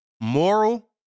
moral